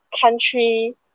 country